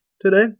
today